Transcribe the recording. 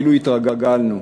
אפילו התרגלנו.